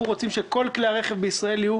אנחנו רוצים שכל כלי הרכב בישראל יהיו